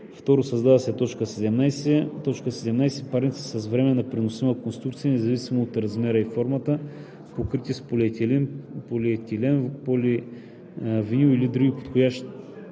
2. Създава се т. 17: „17. парници с временна преносима конструкция, независимо от размера и формата, покрити с полиетилен, поливинил или друга подходяща